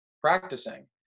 practicing